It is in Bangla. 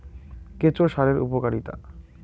কেঁচো সারের উপকারিতা?